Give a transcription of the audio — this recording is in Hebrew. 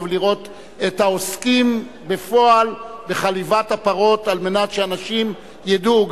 ולראות את העוסקים בפועל בחליבת הפרות על מנת שאנשים ידעו.